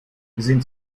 sind